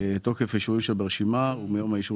תוקף אישור המוסדות שברשימה הוא מיום האישור